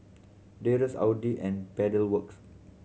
Dreyers Audi and Pedal Works